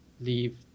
leave